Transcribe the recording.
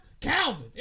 Calvin